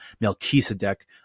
Melchizedek